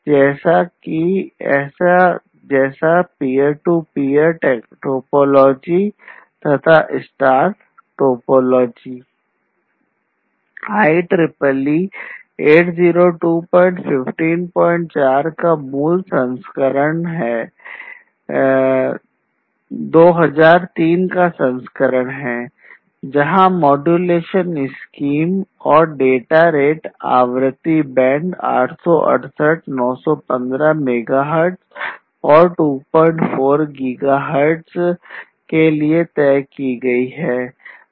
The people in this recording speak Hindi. IEEE 802154 का मूल संस्करण 868 915 मेगाहर्ट्ज़ और 24 गीगाहर्ट्ज़ के लिए तय की गईं